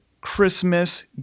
Christmas